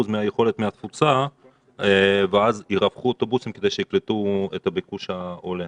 מיכולת התפוסה ואז ירווחו אוטובוסים כדי שיקלטו את הביקוש העולה,